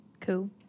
Cool